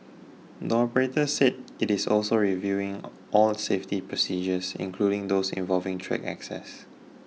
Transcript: the operator said it is also reviewing all the safety procedures including those involving track access